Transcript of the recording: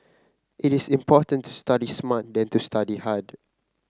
it is important to study smart than to study hard